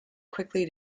quickly